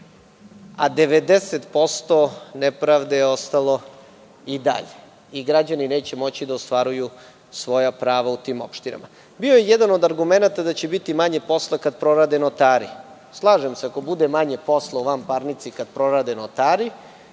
a 90% nepravde je ostalo i dalje i građani neće moći da ostvaruju svoja prava u tim opštinama. Bio je jedan argument da će biti manje posla kada prorade notari. Slažem se, ako bude manje posla u vanparnici kada prorade notari